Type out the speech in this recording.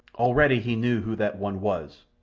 already he knew who that one was,